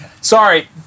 sorry